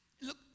Look